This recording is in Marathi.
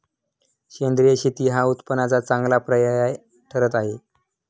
सेंद्रिय शेती हा उत्पन्नाला चांगला पर्याय ठरत आहे